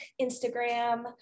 Instagram